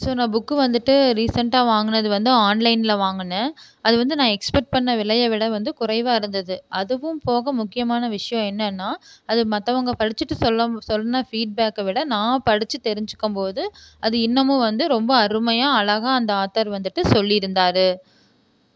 so நான் book வந்துட்டு ரீசன்ட்டாக வாங்கினது வந்து ஆன்லைனில் வாங்குனேன் அது வந்து நான் எக்ஸ்பெக்ட் பண்ணின விலையை விட வந்து குறைவாக இருந்தது அதுவும் போக முக்கியமான விஷயோம் என்னன்னா அது மற்றவங்க படிச்சுட்டு சொல்ல சொன்ன ஃபீட்பேக்கை விட நான் படிச்சு தெரிஞ்சுக்கம்போது அது இன்னமும் வந்து ரொம்ப அருமையாக அழகாக அந்த ஆத்தர் வந்துட்டு சொல்லியிருந்தாரு